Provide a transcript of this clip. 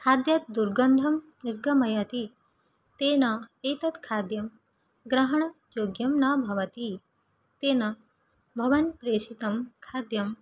खाद्यात् दुर्गन्धम् निर्गमयति तेन एतद् खाद्यं ग्रहणयोग्यं न भवति तेन भवान् प्रेषितं खाद्यं